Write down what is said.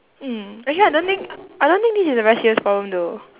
mm actually I don't think I don't think this is a very serious problem though